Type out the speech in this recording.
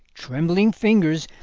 trembling fingers,